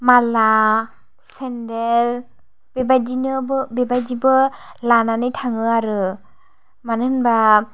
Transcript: माला सेन्देल बेबायदिनोबो बेबायदिबो लानानै थाङो आरो मानो होनबा